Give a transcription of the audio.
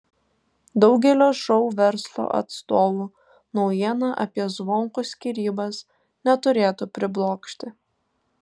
daugelio šou verslo atstovų naujiena apie zvonkų skyrybas neturėtų priblokšti